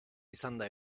izanda